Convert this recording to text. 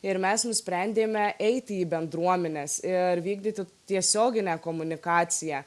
ir mes nusprendėme eiti į bendruomines ir vykdyti tiesioginę komunikaciją